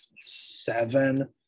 seven